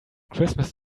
christmas